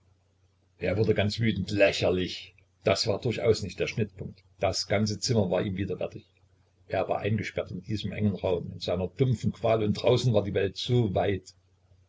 er wurde ganz wütend lächerlich das war durchaus nicht der schnittpunkt das ganze zimmer war ihm widerwärtig er war eingesperrt in diesem engen raum mit seiner dumpfen qual und draußen war die welt so weit